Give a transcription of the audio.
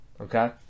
okay